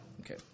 Okay